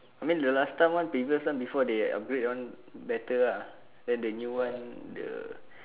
I mean the last time one previous this one before they upgrade one better ah than the new one the